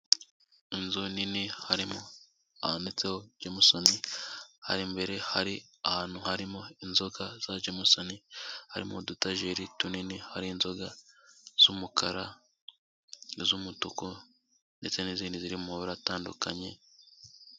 Inzu nini harimo ahanditseho Jamusoni, imbere hari ahantu harimo inzoka za Jamusoni; harimo udutajeri tunini, hari inzoga z'umukara, iz'umutuku ndetse n'izindi ziri mu mabara atandukanye.